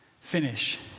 finish